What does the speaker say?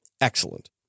Excellent